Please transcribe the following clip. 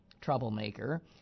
troublemaker